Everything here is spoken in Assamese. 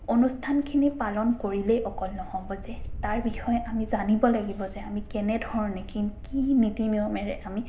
অনুষ্ঠানখিনি পালন কৰিলেই অকল নহ'ব যে তাৰ বিষয়ে আমি জানিব লাগিব যে আমি কেনে ধৰণে কি কি নীতি নিয়মেৰে আমি